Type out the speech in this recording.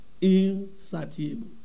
insatiable